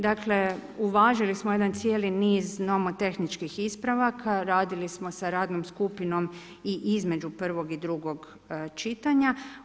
Dakle uvažili smo jedan cijeli niz nomotehničkih ispravaka, radili smo sa radnom skupinom i između prvog i drugog čitanja.